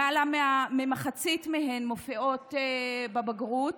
למעלה ממחצית מהן מופיעות בבגרות,